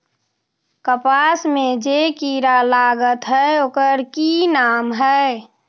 कपास में जे किरा लागत है ओकर कि नाम है?